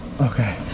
Okay